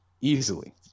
Easily